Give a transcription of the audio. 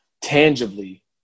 tangibly